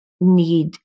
need